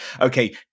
Okay